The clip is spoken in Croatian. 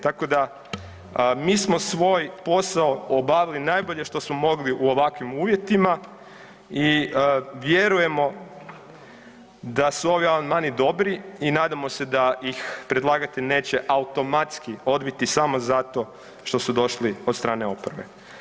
Tako da mi smo svoj posao obavili najbolje što smo mogli u ovakvim uvjetima i vjerujemo da su ovi amandmani dobri i nadamo se da ih predlagatelj neće automatski odbiti samo zato što su došli od strane oporbe.